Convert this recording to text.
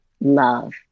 love